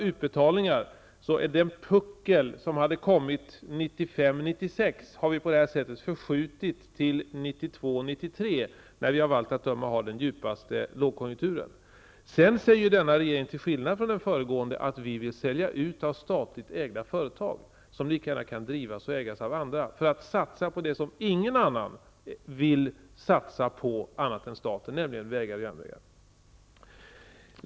Utbetalningarna skulle ha en puckel 1995 93 när vi av allt att döma har den djupaste lågkonjunkturen. Sedan säger denna regering, till skillnad från den föregående, att vi vill sälja ut av statligt ägda företag som lika gärna kan drivas och ägas av andra, för att satsa på det som ingen annan än staten vill satsa på, nämligen vägar och järnvägar.